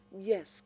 Yes